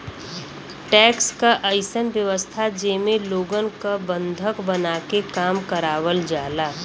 tax क अइसन व्यवस्था जेमे लोगन क बंधक बनाके काम करावल जाला